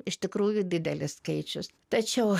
iš tikrųjų didelis skaičius tačiau